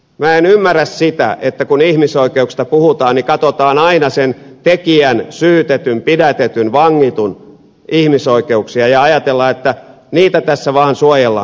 minä en ymmärrä sitä että kun ihmisoikeuksista puhutaan niin katsotaan aina sen tekijän syytetyn pidätetyn vangitun ihmisoikeuksia ja ajatellaan että niitä tässä vaan suojellaan